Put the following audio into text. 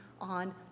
on